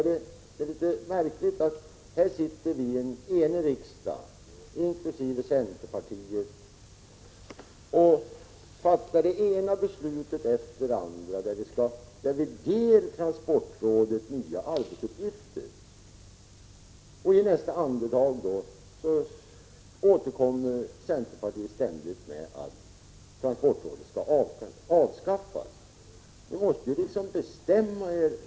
Det märkliga är att först fattar en enig riksdag, inkl. centerpartiet, det ena beslutet efter det andra om att ge transportrådet nya arbetsuppgifter, men sedan återkommer centerpartiet ständigt till att transportrådet skall avskaffas.